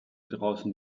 draußen